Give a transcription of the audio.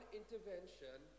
intervention